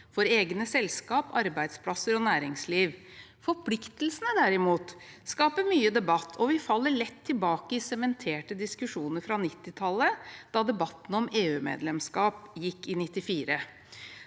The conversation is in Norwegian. for egne selskap, arbeidsplasser og næringsliv. Forpliktelsene skaper derimot mye debatt, og vi faller lett tilbake i sementerte diskusjoner fra 1990-tallet, da debatten om EU-medlemskap gikk i 1994.